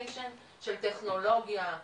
של טכנולוגיה,